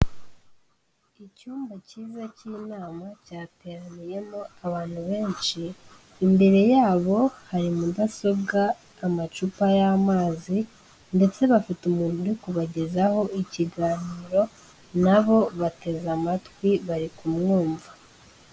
Icyumba cyiza cy'inama cyateraniyemo abantu benshi, imbere yabo hari mudasobwa, amacupa y'amazi ndetse bafite umuntu uri kubagezaho ikiganiro na bo bateze amatwi bari kumwumva.